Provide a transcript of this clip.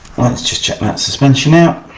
well lets just check that suspension out.